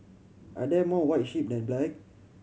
are there more white sheep than black